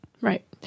Right